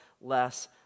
less